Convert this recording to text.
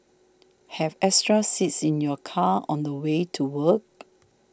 have extra seats in your car on the way to work